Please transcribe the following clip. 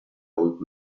old